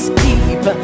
keep